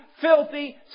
filthy